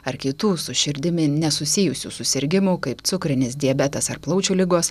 ar kitų su širdimi nesusijusių susirgimų kaip cukrinis diabetas ar plaučių ligos